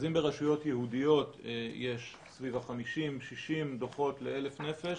אז אם ברשויות יהודיות יש סביב ה-60-50 דוחות ל-1,000 נפש,